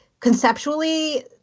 conceptually